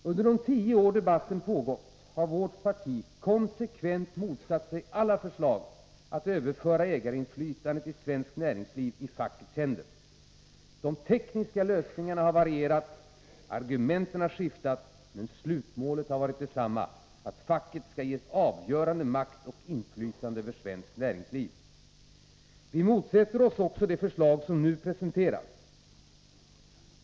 Under de tio år fonddebatten pågått har vårt parti konsekvent motsatt sig alla förslag att överföra ägarinflytandet i svenskt näringsliv i fackets händer. De tekniska lösningarna har varierat, argumenten har skiftat, men slutmålet har alltid varit detsamma: att facket skall ges avgörande makt och inflytande över svenskt näringsliv. Vi motsätter oss också det förslag som nu presenteras.